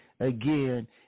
Again